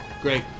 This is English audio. Great